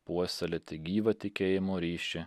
puoselėti gyvą tikėjimo ryšį